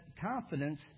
confidence